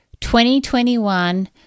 2021